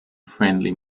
friendly